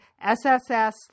SSS